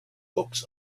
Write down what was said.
books